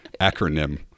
acronym